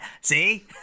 See